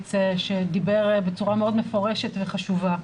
הורוביץ שדיבר בצורה מאוד מפורשת וחשובה.